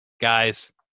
guys